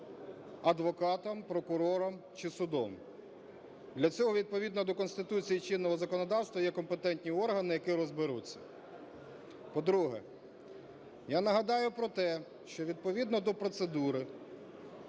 адвокатом, прокурором чи судом. Для цього відповідно до Конституції й чинного законодавства є компетентні органи, які розберуться. По-друге, я нагадаю про те, що відповідно до процедури